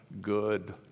good